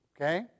Okay